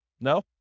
No